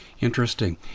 Interesting